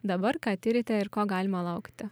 dabar ką tiriate ir ko galima laukti